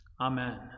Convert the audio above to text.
amen